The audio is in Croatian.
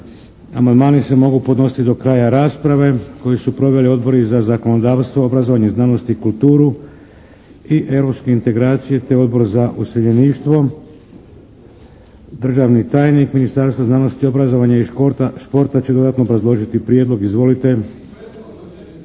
Amandmani se mogu podnositi do kraja rasprave koju su proveli odbori za zakonodavstvo, obrazovanje, znanost i kulturu i europske integracije te Odbor za useljeništvo. Državni tajnik Ministarstva znanosti, obrazovanja i športa će dodatno obrazložiti prijedlog. Izvolite!